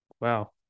wow